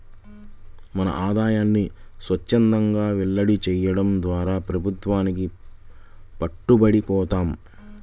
మన ఆదాయాన్ని స్వఛ్చందంగా వెల్లడి చేయడం ద్వారా ప్రభుత్వానికి పట్టుబడి పోతాం